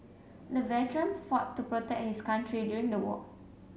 the veteran fought to protect his country during the war